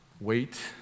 wait